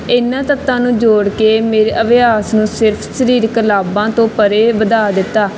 ਇਹਨਾਂ ਤੱਤਾਂ ਨੂੰ ਜੋੜ ਕੇ ਮੇਰੇ ਅਭਿਆਸ ਨੂੰ ਸਿਰਫ਼ ਸਰੀਰਕ ਲਾਭਾਂ ਤੋਂ ਪਰੇ ਵਧਾ ਦਿੱਤਾ